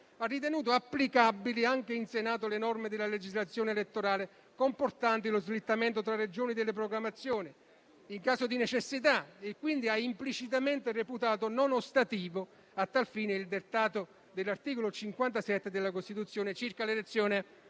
ha ritenuto applicabili anche in Senato le norme della legislazione elettorale comportanti lo slittamento tra Regioni delle proclamazioni in caso di necessità e quindi ha implicitamente reputato non ostativo, a tal fine, il dettato dell'articolo 57 della Costituzione circa l'elezione